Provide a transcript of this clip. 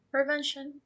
Prevention